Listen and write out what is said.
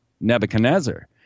Nebuchadnezzar